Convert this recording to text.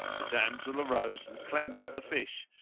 the damsel arose and cleansed the fish,